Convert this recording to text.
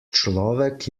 človek